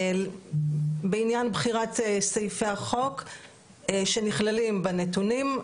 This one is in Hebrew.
בעניין בחירת סעיפי החוק שנכללים בנתונים,